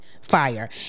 Fire